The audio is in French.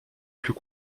plus